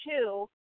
two